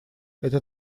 это